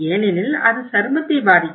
ஏனெனில் அது சருமத்தை பாதிக்கும்